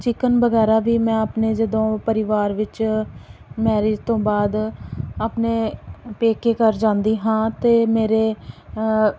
chicken ਵਗੈਰਾ ਵੀ ਮੈਂ ਆਪਣੇ ਜਦੋਂ ਪਰਿਵਾਰ ਵਿੱਚ ਮੈਰਿਜ ਤੋਂ ਬਾਅਦ ਆਪਣੇ ਪੇਕੇ ਘਰ ਜਾਂਦੀ ਹਾਂ ਤਾਂ ਮੇਰੇ